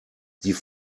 die